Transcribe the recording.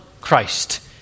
Christ